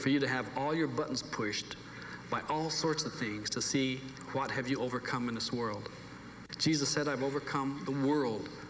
for you to have all your book pushed by all sorts of things to see what have you overcome in this world jesus said i've overcome the world